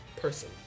person